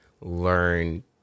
learn